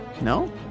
No